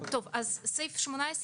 סעיף 18 ומסיימים.